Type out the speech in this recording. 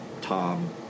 Tom